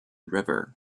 river